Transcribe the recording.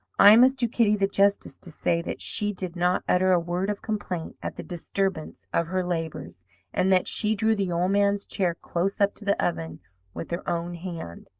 i must do kitty the justice to say that she did not utter a word of complaint at the disturbance of her labours and that she drew the old man's chair close up to the oven with her own hand.